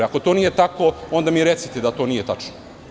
Ako to nije tako onda mi recite da to nije tačno.